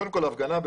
קודם כל,